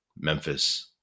Memphis